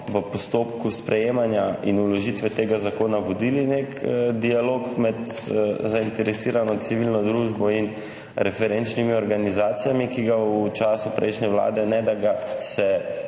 v postopku sprejemanja in vložitve tega zakona vodili nek dialog med zainteresirano civilno družbo in referenčnimi organizacijami, ki ga v času prejšnje Vlade ni bilo in se